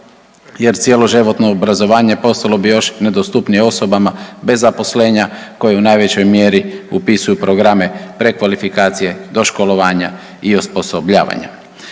jer cjeloživotno obrazovanje postalo bi još nedostupnije osobama bez zaposlenja koje u najvećoj mjeri upisuju programe prekvalifikacije do školovanja i osposobljavanja.